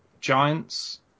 giants